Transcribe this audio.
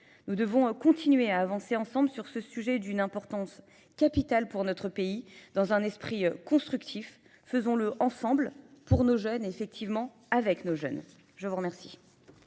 Nous devons continuer à avancer ensemble sur ce sujet d'une importance capitale pour notre pays, dans un esprit constructif. Faisons-le ensemble pour nos jeunes, et effectivement avec nos jeunes. Je vous remercie.